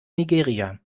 nigeria